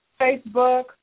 Facebook